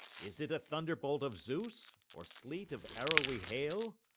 is it a thunderbolt of zeus or sleet of arrowy hail?